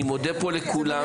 אני מודה לכולם.